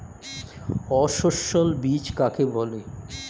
অসস্যল বীজ কাকে বলে?